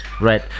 right